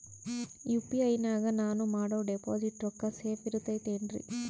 UPI ನಾಗ ನಾನು ಮಾಡೋ ಡಿಪಾಸಿಟ್ ರೊಕ್ಕ ಸೇಫ್ ಇರುತೈತೇನ್ರಿ?